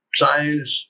science